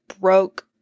broke